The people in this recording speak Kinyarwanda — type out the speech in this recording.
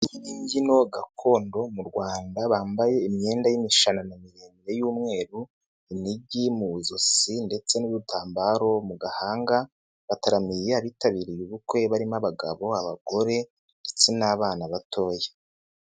Imbyino gakondo mu Rwanda, bambaye imyenda y'imishanana miremire y'umweru inigi mu ijosi ndetse n'udutambaro mu gahanga, bataramiye abitabiriye ubukwe barimo abagabo, abagore ndetse n'abana batoya.